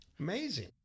amazing